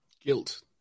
guilt